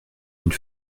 une